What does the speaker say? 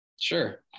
Sure